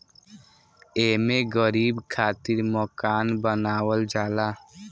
एमे गरीब खातिर मकान बनावल जाला